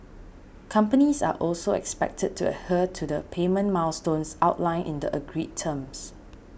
companies are also expected to adhere to the payment milestones outlined in the agreed terms